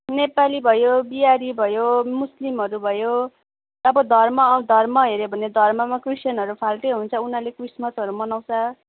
नेपाली भयो बिहारी भयो मुस्लिमहरू भयो अब धर्म धर्म हेर्यो भने धर्ममा क्रिस्चियनहरू फाल्टै हुन्छ उनीहरूले क्रिसमसहरू मनाउँछ